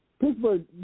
Pittsburgh